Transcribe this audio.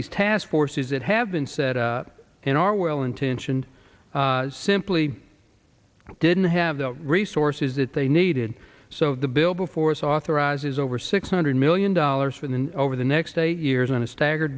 these task forces that have been set up and are well intentioned simply didn't have the resources that they needed so the bill before us authorizes over six hundred million dollars within over the next eight years on a stagger